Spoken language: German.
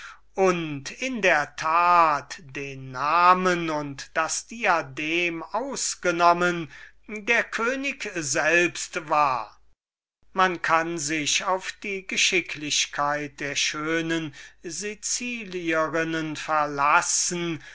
und in der tat den namen und eine gewisse binde um den kopf ausgenommen der könig selbst war man kann sich auf die geschicklichkeit der schönen sicilianerinnen verlassen